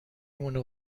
مونه